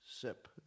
sip